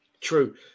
True